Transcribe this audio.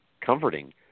comforting